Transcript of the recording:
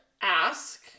ask